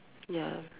ya